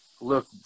look